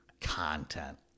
content